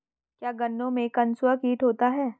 क्या गन्नों में कंसुआ कीट होता है?